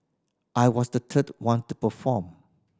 I was the third one to perform